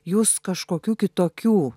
jūs kažkokių kitokių